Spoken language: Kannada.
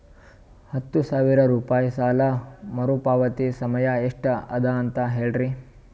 ಹತ್ತು ಸಾವಿರ ರೂಪಾಯಿ ಸಾಲ ಮರುಪಾವತಿ ಸಮಯ ಎಷ್ಟ ಅದ ಅಂತ ಹೇಳರಿ?